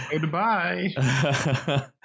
Goodbye